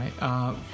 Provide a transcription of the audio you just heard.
right